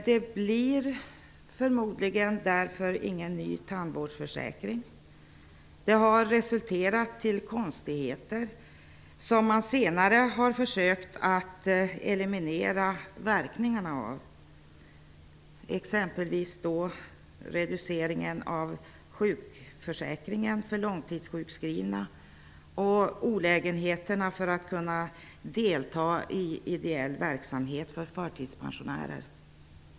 Det var förmodligen därför som det inte blev någon ny tandvårdsförsäkring. Det har resulterat i konstigheter, som man senare har försökt att eliminera verkningarna av, t.ex. reduceringen av sjukförsäkringen för långtidssjuka och olägenheterna med att kunna delta i ideell verksamhet för förtidspensionärer.